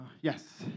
Yes